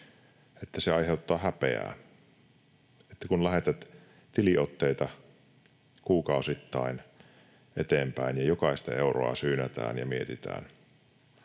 että se aiheuttaa häpeää, kun lähetät tiliotteita kuukausittain eteenpäin ja jokaista euroa syynätään ja mietitään.